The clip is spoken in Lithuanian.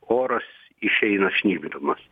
oras išeina šnypšdamas